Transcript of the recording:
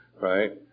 right